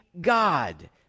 God